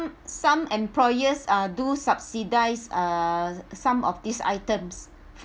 some employers are do subsidise uh some of these items